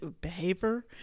Behavior